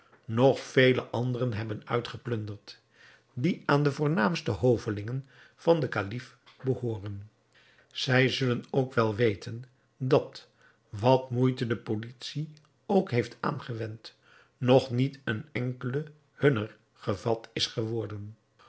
nog vele anderen hebben uitgeplunderd die aan de voornaamste hovelingen van den kalif behooren zij zullen ook wel weten dat wat moeite de politie ook heeft aangewend nog niet een enkele hunner gevat is geworden